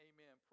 Amen